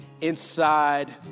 inside